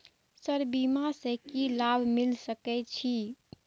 Sir बीमा से की लाभ मिल सके छी?